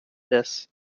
this